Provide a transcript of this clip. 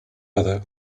other